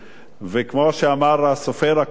וכמו שאמר הסופר הקודם,